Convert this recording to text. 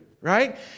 right